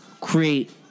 Create